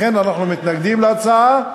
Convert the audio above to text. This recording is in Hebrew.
לכן אנחנו מתנגדים להצעה.